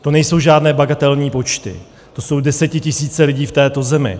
To nejsou žádné bagatelní počty, to jsou desetitisíce lidí v této zemi.